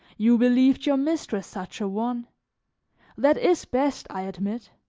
you believed your mistress such a one that is best, i admit.